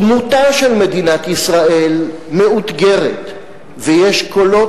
שדמותה של מדינת ישראל מאותגרת ויש קולות